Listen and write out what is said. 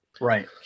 Right